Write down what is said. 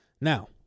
now